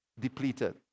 depleted